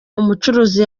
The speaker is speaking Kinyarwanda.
umucuruzi